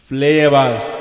Flavors